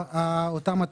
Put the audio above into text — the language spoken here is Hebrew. הסוגיה הזאת מאוד חשובה,